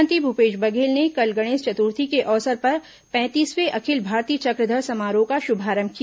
मुख्यमंत्री भूपेश बघेल ने कल गणेश चतुर्थी के अवसर पर पैंतीसवें अखिल भारतीय चक्रधर समारोह का शुभारंभ किया